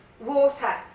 water